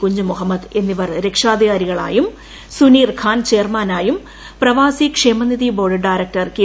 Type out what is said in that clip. കുഞ്ഞിമുഹമ്മദ് എന്നിവർ രക്ഷാധികാരികളായും സുനീർ ഖാൻ ചെയർമാനായും Pravasi Kshemanidhi board director K